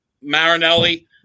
Marinelli